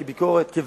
כביקורת,